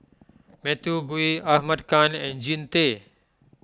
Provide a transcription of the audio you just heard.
Matthew Gui Ahmad Khan and Jean Tay